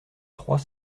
trois